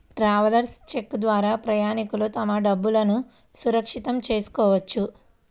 travellers cheque ద్వారా ప్రయాణికులు తమ డబ్బులును సురక్షితం చేసుకోవచ్చు